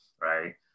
right